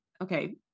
okay